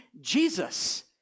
Jesus